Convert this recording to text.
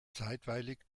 zeitweilig